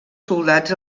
soldats